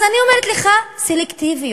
אז אני אומרת לך: סלקטיביות.